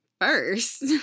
first